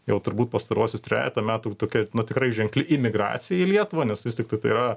jau turbūt pastaruosius trejetą metų tokia na tikrai ženkli imigracija į lietuvą nes vis tiktai tai yra